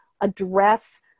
address